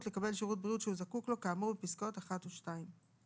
לקבל שירות בריאות שהוא זקוק לו כאמור בפסקאות (1) או (2);